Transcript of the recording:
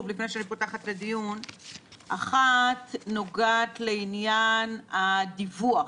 אחת נוגעת לעניין הדיווח,